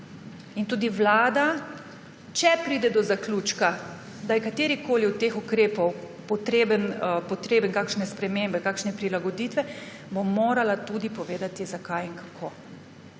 Tudi Vlada, če pride do zaključka, da je katerikoli od teh ukrepov potreben kakšne spremembe, kakšne prilagoditve, bo morala povedati, zakaj in kako.